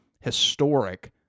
historic